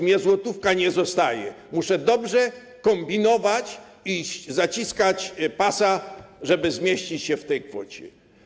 Mi złotówka nie zostaje, muszę dobrze kombinować i zaciskać pasa, żeby zmieścić się w tej kwocie.